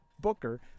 Booker